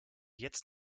jetzt